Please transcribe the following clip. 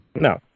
no